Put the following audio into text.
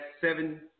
seven